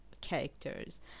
characters